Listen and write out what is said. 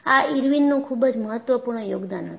આ ઇર્વિનનું ખૂબ જ મહત્વપૂર્ણ યોગદાન હતું